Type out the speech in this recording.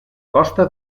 costa